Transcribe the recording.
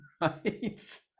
right